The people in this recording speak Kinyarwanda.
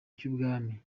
cy’ubwami